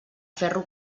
ferro